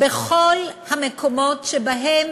בכל המקומות שבהם